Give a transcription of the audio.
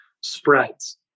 spreads